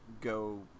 go